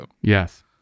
yes